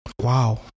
wow